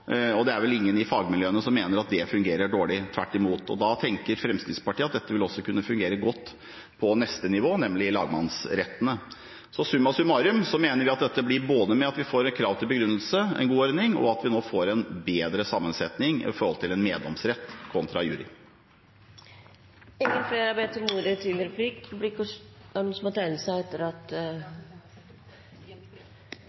tingrettsnivå. Det er vel ingen i fagmiljøene som mener at det fungerer dårlig – tvert imot – og da tenker Fremskrittspartiet at dette vil også kunne fungere godt på neste nivå, nemlig lagmannsrettene. Så summa summarum mener vi at dette blir en god ordning, både fordi vi får et krav til begrunnelse, og fordi vi nå får en bedre sammensetning med en meddomsrett kontra jury. Berre eit kort spørsmål: Representanten Leirstein sa at juryordninga er ei ordning ein har berre i eit fåtal av sakene, og at det i seg